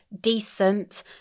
decent